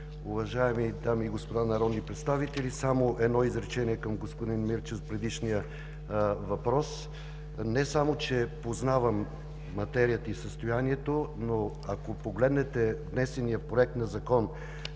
уважаеми дами и господа народни представители! Само едно изречение към господин Мирчев за предишния въпрос. Не само че познавам материята и състоянието, но ако погледнете внесения Проект на Закона